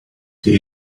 till